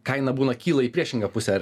kaina būna kyla į priešingą pusę ar